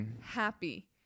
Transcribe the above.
happy